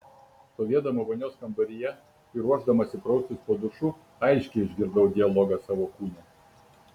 stovėdama vonios kambaryje ir ruošdamasi praustis po dušu aiškiai išgirdau dialogą savo kūne